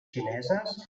xineses